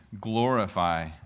glorify